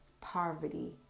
poverty